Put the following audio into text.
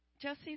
Jesse